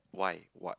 why what